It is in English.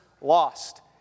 lost